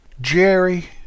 Jerry